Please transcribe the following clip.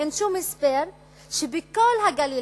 אין שום הסבר לזה שבכל הגליל